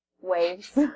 waves